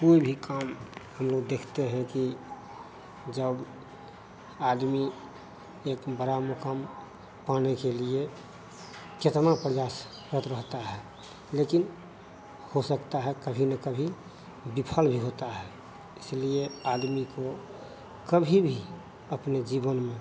कोई भी काम हम लोग देखते हैं कि जब आदमी एक बड़ा मुकाम पाने के लिए कितना प्रयासरत रहता है लेकिन हो सकता है कभी न कभी विफल भी होता है इसलिए आदमी को कभी भी अपने जीवन में